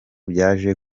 byaje